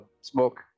Smoke